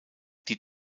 die